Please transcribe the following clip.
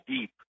deep